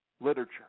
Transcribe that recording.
literature